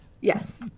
Yes